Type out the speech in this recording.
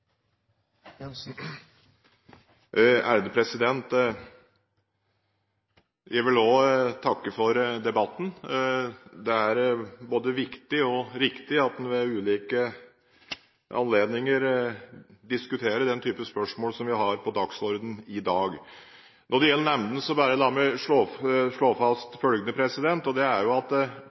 både viktig og riktig at man ved ulike anledninger diskuterer denne type spørsmål som vi har på dagsordenen i dag. Når det gjelder nemndene, så la meg bare slå fast følgende: Poenget med klagenemndene er at